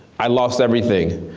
i lost everything.